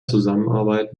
zusammenarbeit